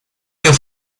que